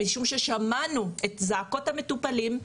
משום ששמענו את זעקות המטופלים,